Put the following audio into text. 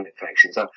infections